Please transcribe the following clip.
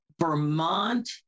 Vermont